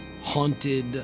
Haunted